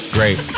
Great